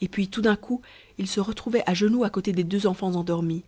et puis tout d'un coup il se retrouvait à genoux à côté des deux enfants endormis